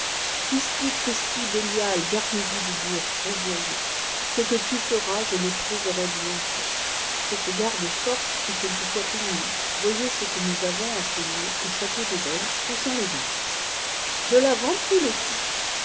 gardez-vous de dire rouvayez ffm tu feras je le trouverai bien fait cette garde est forte et quelquefois pénible voyee ce ùe noué iiâs eniné au ètittëau de belle touchant les gardes d là v